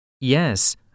Yes